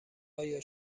آیا